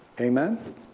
Amen